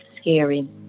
scary